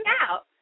out